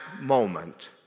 moment